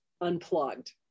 unplugged